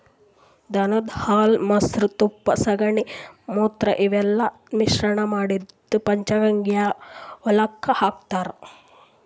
ದನದ್ ಹಾಲ್ ಮೊಸ್ರಾ ತುಪ್ಪ ಸಗಣಿ ಮೂತ್ರ ಇವೆಲ್ಲಾ ಮಿಶ್ರಣ್ ಮಾಡಿದ್ದ್ ಪಂಚಗವ್ಯ ಹೊಲಕ್ಕ್ ಹಾಕ್ತಾರ್